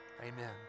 Amen